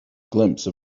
glimpse